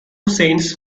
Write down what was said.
saints